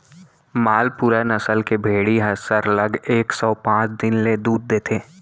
मालपुरा नसल के भेड़ी ह सरलग एक सौ पॉंच दिन ले दूद देथे